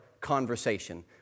conversation